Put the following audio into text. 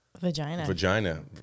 vagina